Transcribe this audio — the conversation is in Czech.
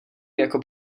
jako